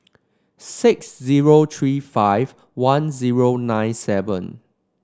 six zero three five one zero nine seven